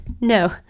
No